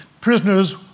prisoners